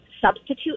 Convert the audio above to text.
substitute